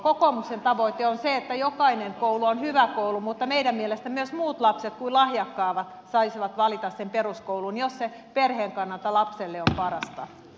kokoomuksen tavoite on se että jokainen koulu on hyvä koulu mutta meidän mielestämme myös muut lapset kuin lahjakkaimmat saisivat valita sen muun peruskoulun jos se perheen kannalta lapselle on parasta